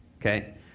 Okay